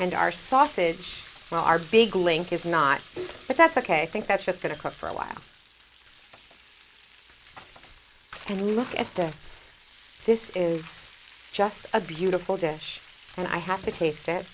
and our sauces well our big link if not but that's ok i think that's what's going to cook for a while and look at this this is just a beautiful dish and i have to taste it